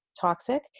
toxic